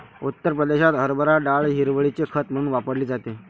उत्तर प्रदेशात हरभरा डाळ हिरवळीचे खत म्हणून वापरली जाते